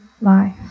life